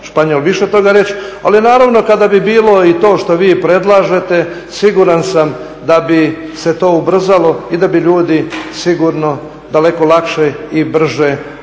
Španjol više toga reći. Ali naravno, kada bi bilo i to što vi predlažete siguran sam da bi se to ubrzalo i da bi ljudi sigurno daleko lakše i brže to